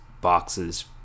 boxes